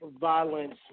Violence